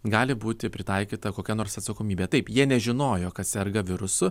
gali būti pritaikyta kokia nors atsakomybė taip jie nežinojo kad serga virusu